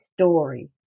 story